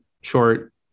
short